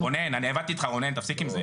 רונן, אני עבדתי איתך רונן, תפסיק עם זה,